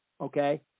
okay